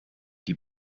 die